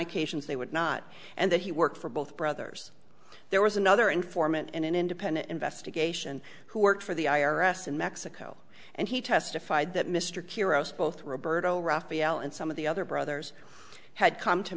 occasions they would not and that he worked for both brothers there was another informant in an independent investigation who worked for the i r s in mexico and he testified that mr cure us both roberta raphael and some of the other brothers had come to